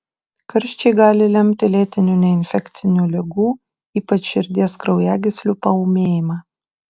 karščiai gali lemti lėtinių neinfekcinių ligų ypač širdies kraujagyslių paūmėjimą